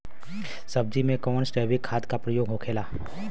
सब्जी में कवन जैविक खाद का प्रयोग होखेला?